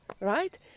right